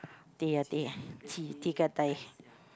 teh ah teh ah teh gah dai